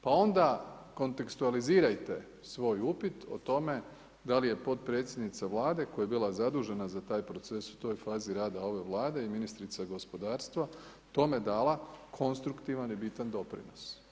Pa onda kontekstualizirajte svoj upit o tome da li ej potpredsjednica Vlade koja je bila zadužena za taj proces u toj fazi rada ove vlade i ministrica gospodarstva, tome dala konstruktivan i bitan doprinos.